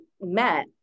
met